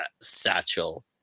satchel